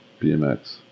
BMX